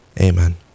Amen